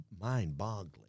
mind-boggling